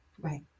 Right